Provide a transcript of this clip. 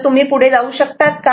तर तुम्ही पुढे जाऊ शकतात का